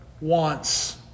wants